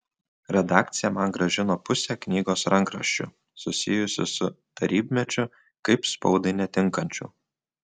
redakcija man grąžino pusę knygos rankraščių susijusių su tarybmečiu kaip spaudai netinkančių